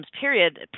period